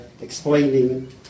explaining